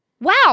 Wow